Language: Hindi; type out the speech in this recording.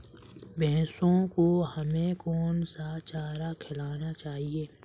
भैंसों को हमें कौन सा चारा खिलाना चाहिए?